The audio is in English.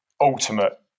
ultimate